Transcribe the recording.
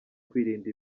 kwirinda